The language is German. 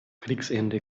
kriegsende